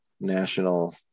national